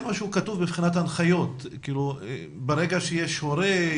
משהו כתוב מבחינת הנחיות ברגע שיש הורה,